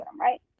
right